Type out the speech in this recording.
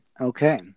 Okay